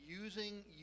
using